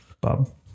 Bob